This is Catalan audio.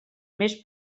més